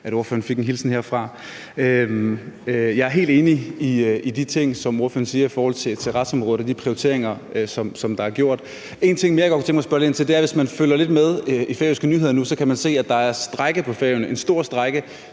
at ordføreren fik en hilsen herfra. Jeg er helt enig i de ting, som ordføreren siger i forhold til retsområdet og de prioriteringer, som der er gjort. En ting mere, jeg godt tænke mig at spørge lidt ind til, er – hvis man følger lidt med i færøske nyheder nu, kan man se det – at der er strejke på Færøerne, en stor strejke,